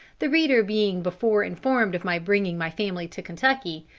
the reader being before informed of my bringing my family to kentucky,